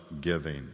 giving